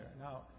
Now